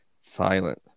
silent